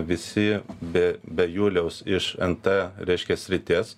visi be be juliaus iš nt reiškias srities